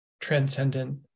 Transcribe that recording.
transcendent